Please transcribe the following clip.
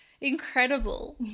Incredible